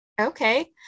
Okay